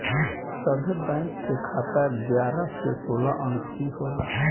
सभे बैंक के खाता एगारह से सोलह अंक के होला